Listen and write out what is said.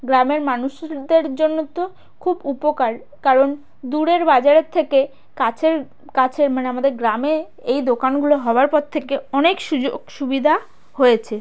গ্রামের মানুষদের জন্য তো খুব উপকার কারণ দূরের বাজারের থেকে কাছের কাছের মানে আমাদের গ্রামে এই দোকানগুলো হবার পর থেকে অনেক সুযোগ সুবিধা হয়েছে